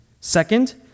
Second